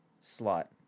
slot